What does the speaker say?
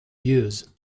use